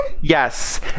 Yes